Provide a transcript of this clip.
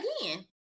Again